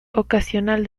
ocasional